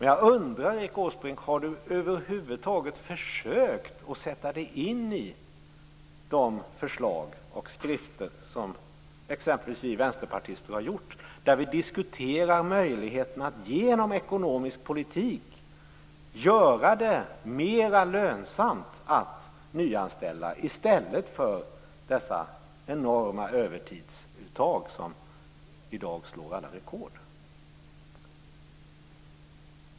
Jag undrar om Erik Åsbrink över huvud taget har försökt att sätta sig in i de förslag och skrifter som exempelvis vi i Vänsterpartiet har där vi diskuterar möjligheten att genom ekonomisk politik göra det mer lönsamt att nyanställa i stället för att ha dessa enorma övertidsuttag som i dag slår alla rekord.